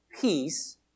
Peace